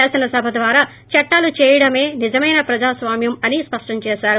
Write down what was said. శాసనసభ ద్వారా చట్టాలు చేయడమే నిజమైన ప్రజాస్వామ్యం అని స్పష్టం చేశారు